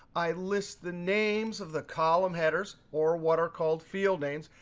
i list the names of the column headers, or what are called field names,